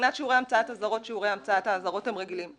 מבחינת שיעורי המצאת אזהרות שיעורי המצאת האזהרות הם רגילים.